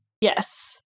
Yes